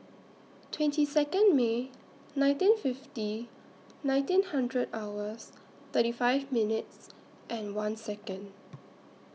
twenty Second May nineteen fifty nineteen hundred hours thirty five minutes and one Second